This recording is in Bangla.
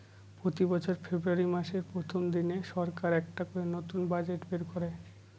প্রতি বছর ফেব্রুয়ারী মাসের প্রথম দিনে সরকার একটা করে নতুন বাজেট বের করে